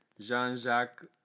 Jean-Jacques